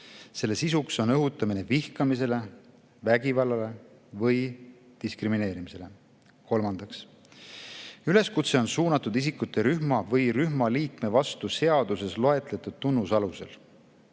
selle sisuks on õhutamine vihkamisele, vägivallale või diskrimineerimisele; kolmandaks, üleskutse on suunatud isikute rühma või rühma liikme vastu seaduses loetletud tunnuste alusel;